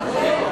התש"ע 2010,